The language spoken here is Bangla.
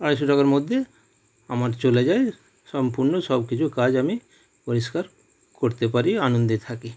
আড়াইশো টাকার মধ্যে আমার চলে যায় সম্পূর্ণ সবকিছু কাজ আমি পরিষ্কার করতে পারি আনন্দে থাকি